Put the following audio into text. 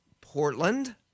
Portland